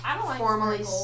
formally